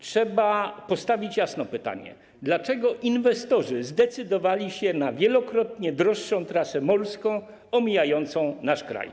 Trzeba postawić jasno pytanie, dlaczego inwestorzy zdecydowali się na wielokrotnie droższą trasę morską omijającą nasz kraj.